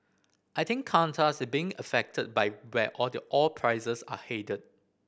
I think Qantas is being affected by where the oil prices are headed